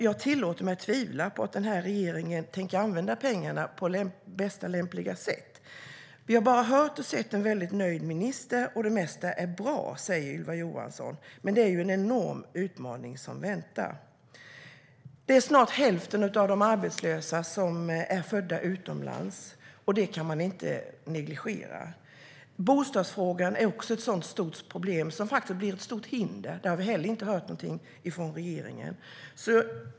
Jag tillåter mig att tvivla på att regeringen tänker använda pengarna på mest lämpliga sätt. Vi har hört och sett en väldigt nöjd minister. Det mesta är bra, säger Ylva Johansson. Men det är en enorm utmaning som väntar. Det är snart hälften av de arbetslösa som är födda utomlands. Det kan man inte negligera. Bostadsfrågan är också ett sådant stort problem som har blivit ett stort hinder. Där har vi heller inte hört någonting från regeringen.